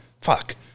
Fuck